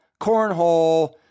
cornhole